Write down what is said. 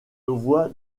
voie